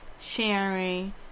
sharing